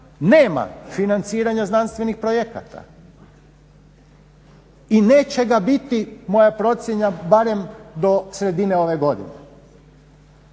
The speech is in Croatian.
nema financiranja znanstvenih projekata i neće ga biti moja procjena barem do sredine ove godine.